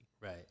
Right